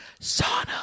sauna